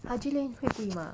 Haji lane 会贵吗